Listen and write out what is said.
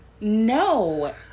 No